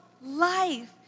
life